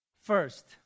First